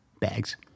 Bags